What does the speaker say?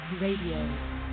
Radio